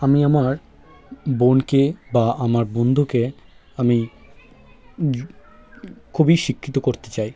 আমি আমার বোনকে বা আমার বন্ধুকে আমি খুবই শিক্ষিত করতে চাই